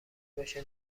باشه